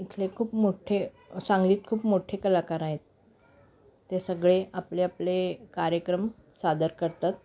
इथले खूप मोठे सांगलीत खूप मोठे कलाकार आहेत ते सगळे आपले आपले कार्यक्रम सादर करतात